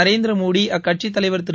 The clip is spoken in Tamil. நரேந்திரமோடி அக்கட்சித் தலைவர் திரு